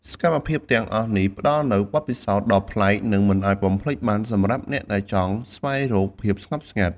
សកម្មភាពទាំងអស់នេះផ្តល់នូវបទពិសោធន៍ដ៏ប្លែក និងមិនអាចបំភ្លេចបានសម្រាប់អ្នកដែលចង់ស្វែងរកភាពស្ងប់ស្ងាត់។